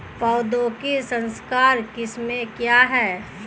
पौधों की संकर किस्में क्या हैं?